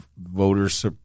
voters